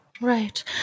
Right